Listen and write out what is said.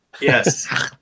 yes